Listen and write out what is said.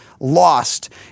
Lost